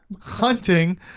Hunting